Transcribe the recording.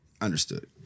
understood